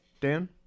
Dan